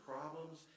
problems